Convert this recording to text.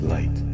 Light